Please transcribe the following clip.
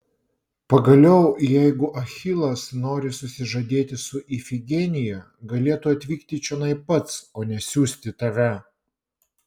pagaliau jeigu achilas nori susižadėti su ifigenija galėtų atvykti čionai pats o ne siųsti tave